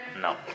No